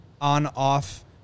on-off